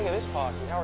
this posse. how are